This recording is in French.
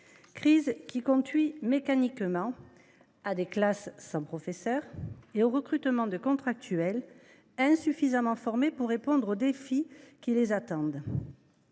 crise qui conduit mécaniquement à des classes sans professeur et au recrutement de contractuels insuffisamment formés pour répondre aux défis qui les attendent.